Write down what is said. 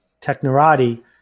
technorati